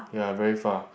ya very far